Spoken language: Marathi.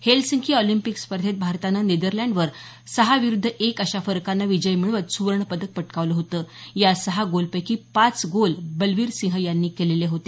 हेलसिंकी ऑलिम्पिक स्पर्धेत भारतानं नेदरलंडवर सहा विरुद्ध एक अशा फरकाने विजय मिळवत सुवर्णपदक पटकावलं होतं या सहा गोलपैकी पाच गोल बलवीरसिंह यांनी केलेले होते